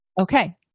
Okay